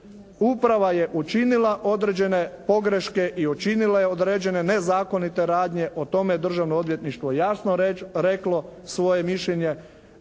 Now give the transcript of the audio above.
Uprava je učinila određene pogreške i učinila je određene nezakonite radnje. O tome je Državno odvjetništvo jasno reklo svoje mišljenje.